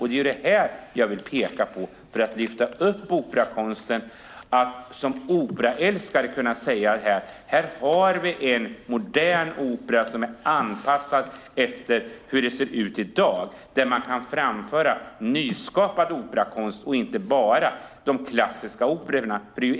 Det är det jag vill peka på för att lyfta upp operakonsten, att som operaälskare kunna säga: Här har vi en modern opera som är anpassad efter hur det ser ut i dag, där man kan framföra nyskapad operakonst och inte bara de klassiska operorna.